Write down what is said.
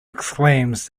exclaims